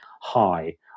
high